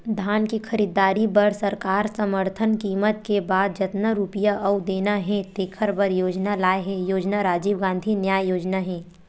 धान के खरीददारी बर सरकार समरथन कीमत के बाद जतना रूपिया अउ देना हे तेखर बर योजना लाए हे योजना राजीव गांधी न्याय योजना हे